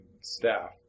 staff